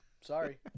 Sorry